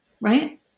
right